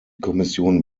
kommission